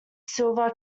silver